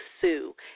sue